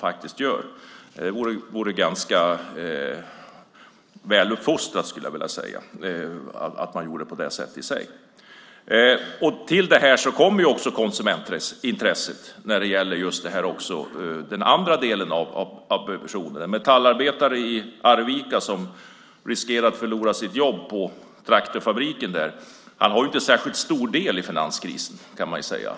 Det vore ganska väluppfostrat, skulle jag vilja säga. Till detta kommer konsumentintresset, metallarbetaren i Arvika som riskerar att förlora sitt jobb på traktorfabriken där. Han har inte en särskilt stor del i finanskrisen.